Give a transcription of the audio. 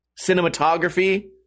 cinematography